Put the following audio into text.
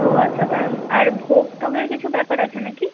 ও আচ্ছা তার মানে আর ভোগ টোগের কিছু ব্যাপার আছে না কি